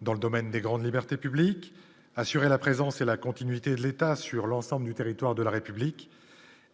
dans le domaine des grandes libertés publiques : assurer la présence et la continuité de l'État sur l'ensemble du territoire de la République